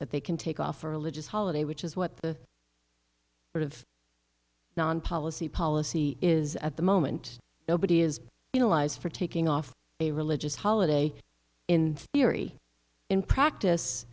that they can take off for religious holiday which is what the sort of non policy policy is at the moment nobody is you know lies for taking off a religious holiday in theory in practice